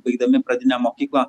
baigdami pradinę mokyklą